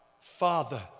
Father